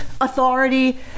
authority